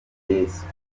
yesu